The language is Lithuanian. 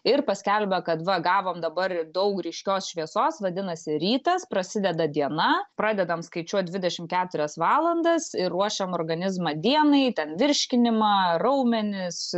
ir paskelbia kad va gavom dabar daug ryškios šviesos vadinasi rytas prasideda diena pradedam skaičiuot dvidešimt keturias valandas ir ruošiam organizmą dienai ten virškinimą raumenis